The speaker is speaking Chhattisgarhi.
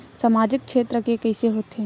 सामजिक क्षेत्र के कइसे होथे?